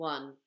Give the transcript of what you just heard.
One